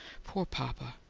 poor papa!